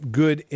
good